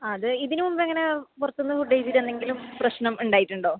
ആ അത് ഇതിന് മുമ്പ് ഇങ്ങനെ പുറത്ത് നിന്ന് ഫുഡ്ഡ് കഴിച്ചിട്ട് എന്തെങ്കിലും പ്രശ്നം ഉണ്ടായിട്ടുണ്ടോ